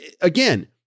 again